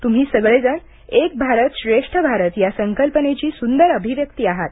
तुम्ही सगळेजण एक भारत श्रेष्ठ भारत या संकल्पनेची सुंदर अभिव्यक्ती आहात